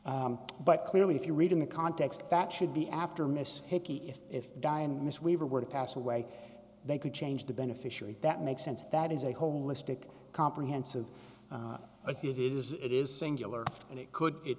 that but clearly if you read in the context that should be after miss hickey if if di and miss weaver were to pass away they could change the beneficiary that makes sense that is a holistic comprehensive of the it is it is singular and it could it